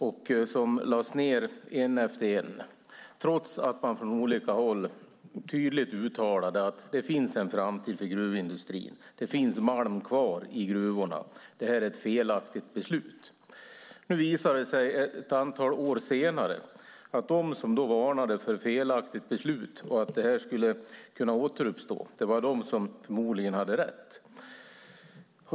De lades ned en efter en, trots att man från olika håll tydligt uttalade att det fanns en framtid för gruvindustrin, att det fanns malm kvar i gruvorna och att detta var ett felaktigt beslut. Nu visar det sig, ett antal år senare, att de som då varnade för att det var ett felaktigt beslut och att detta skulle kunna återuppstå förmodligen var de som hade rätt.